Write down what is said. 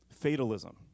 Fatalism